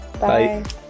Bye